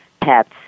pets